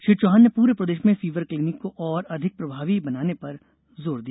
श्री चौहान ने पूरे प्रदेश में फीवर क्लीनिक को और अधिक प्रभावी बनाने पर जोर दिया